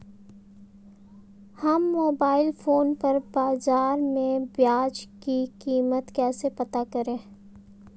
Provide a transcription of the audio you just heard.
हम mobile phone पर बाज़ार में प्याज़ की कीमत कैसे पता करें?